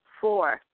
Four